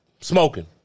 smoking